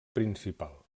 principal